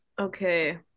Okay